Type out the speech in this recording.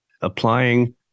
applying